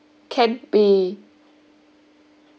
can be